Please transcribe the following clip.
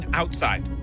outside